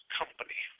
company